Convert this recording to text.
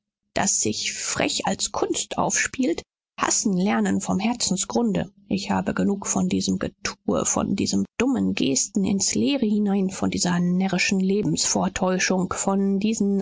das sich frech als kunst aufspielt hassen lernen vom herzensgründe ich habe genug von diesem getue von diesen dummen gesten ins leere hinein von dieser närrischen lebensvortäuschung von diesen